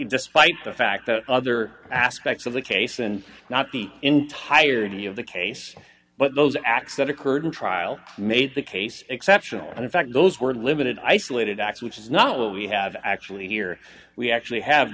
despite the fact that other aspects of the case and not the entirety of the case but those acts that occurred in trial made the case exceptional and in fact those were limited isolated acts which is not what we have actually here we actually have